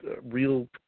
real